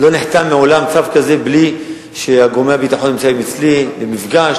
לא נחתם מעולם צו כזה בלי שגורמי הביטחון נמצאים אצלי למפגש,